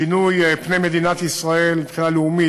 שינוי פני מדינת ישראל מבחינה לאומית,